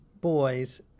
boys